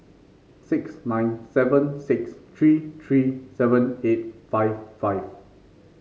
six nine seven six three three seven eight five five